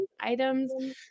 Items